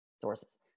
sources